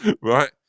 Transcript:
Right